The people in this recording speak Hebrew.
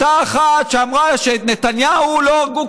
אותה אחת שאמרה שאת רבין לא הרגו,